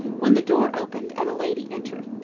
when the door opened and a lady entered.